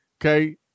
okay